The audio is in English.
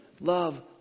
love